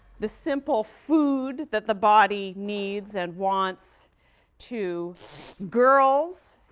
the simple food that the body needs and wants to girls,